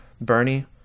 Bernie